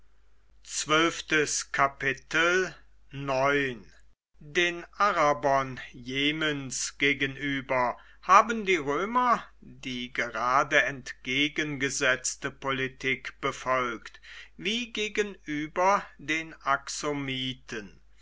den arabern jemens gegenüber haben die römer die gerade entgegengesetzte politik befolgt wie gegenüber den